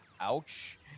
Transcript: ouch